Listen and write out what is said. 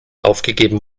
aufgegeben